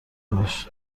داشت